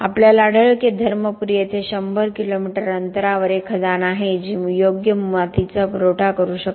आपल्याला आढळले की धर्मपुरी येथे 100 किलोमीटर अंतरावर एक खदान आहे जी योग्य मातीचा पुरवठा करू शकते